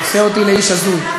זה עושה אתך לאיש הזוי ולא ראוי.